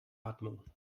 atmung